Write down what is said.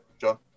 John